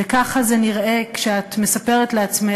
וככה זה נראה כשאת מספרת לעצמך,